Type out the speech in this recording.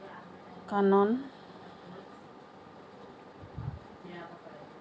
কানন